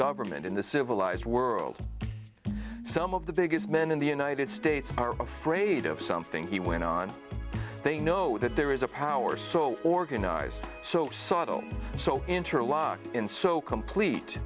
government in the civilized world some of the biggest men in the united states are afraid of something he went on they know that there is a power so organized so subtle so interlocked in so complete